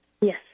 Yes